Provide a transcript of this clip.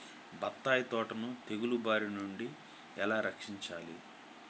బత్తాయి తోటను తెగులు బారి నుండి ఎలా రక్షించాలి?